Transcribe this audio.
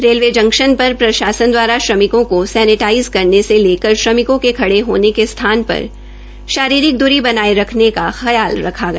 railway junction पर प्रशासन दवारा श्रमिकों काँ सैनेटाइज करने से लेकर श्रमिकों के खड़े हामे के स्थान पर शारीरिक दूरी बनाए रखने का ख्याल रखा गया